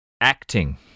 Acting